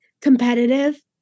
competitive